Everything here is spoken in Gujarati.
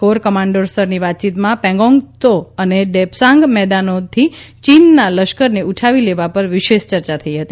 કોર કમાન્ડરો સ્તરની વાતચીતમાં પેંગોંગ ત્સો અને ડેપસાંગ મેદાનોથી ચીનના લશ્કરને ઉઠાવી લેવા પર વિશેષ ચર્ચા થઈ હતી